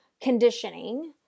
conditioning